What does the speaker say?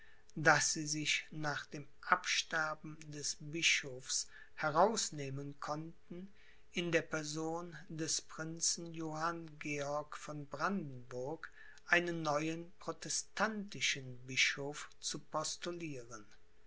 daß sie sich nach dem absterben des bischofs herausnehmen konnten in der person des prinzen johann georg von brandenburg einen neuen protestantischen bischof zu postulieren